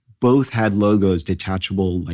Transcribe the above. both had logos, detachable like